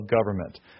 government